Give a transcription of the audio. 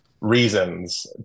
reasons